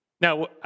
Now